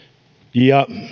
ja